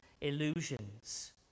illusions